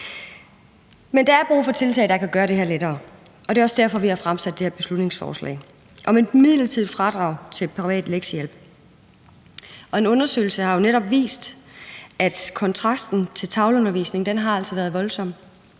Men der er brug for tiltag, der kan gøre det her lettere. Det er også derfor, vi har fremsat det her beslutningsforslag om et midlertidigt fradrag på privat lektiehjælp. En undersøgelse har jo netop vist, at kontrasten til tavleundervisning altså har været voldsom.